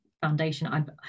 foundation